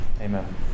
Amen